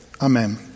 Amen